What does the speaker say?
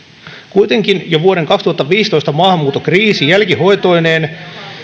kuitenkin jo vuoden kaksituhattaviisitoista maahanmuuton kriisi jälkihoitoineen